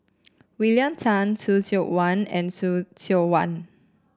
William Tan Khoo Seok Wan and Khoo Seok Wan